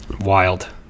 Wild